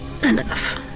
enough